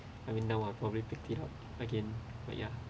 I mean now I probably picked it up again but ya